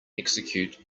execute